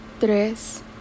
tres